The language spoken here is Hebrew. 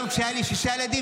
גם כשהיו לי שישה ילדים,